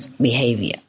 behavior